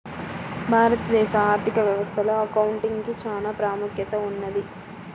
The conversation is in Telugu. భారతదేశ ఆర్ధిక వ్యవస్థలో అకౌంటింగ్ కి చానా ప్రాముఖ్యత ఉన్నది